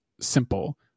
simple